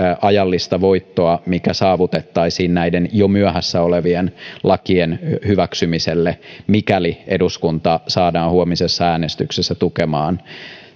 ajallista voittoa mikä saavutettaisiin näiden jo myöhässä olevien lakien hyväksymiselle mikäli eduskunta saadaan huomisessa äänestyksessä tukemaan